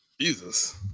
jesus